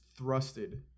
thrusted